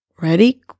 Ready